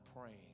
praying